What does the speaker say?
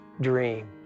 dream